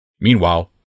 Meanwhile